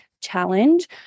challenge